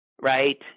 right